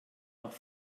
doch